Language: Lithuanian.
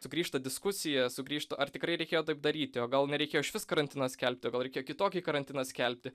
sugrįžta diskusija sugrįžta ar tikrai reikėjo taip daryti o gal nereikėjo išvis karantino skelbti gal reikėjo kitokį karantiną skelbti